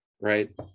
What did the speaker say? right